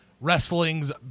wrestling's